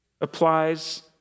applies